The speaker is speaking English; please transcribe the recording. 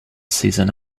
season